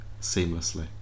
seamlessly